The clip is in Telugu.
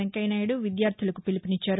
వెంకయ్యనాయుడు విద్యార్థులకు పిలుపునిచ్చారు